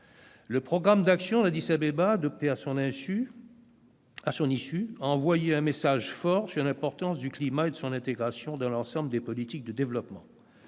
Le programme d'action d'Addis-Abeba adopté à son issue a envoyé un message fort sur l'importance du climat et de son intégration dans l'ensemble des politiques de développement.